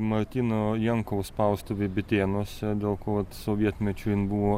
martyno jankaus spaustuvė bitėnuose dėl ko vat sovietmečiu jin buvo